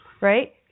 right